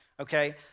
Okay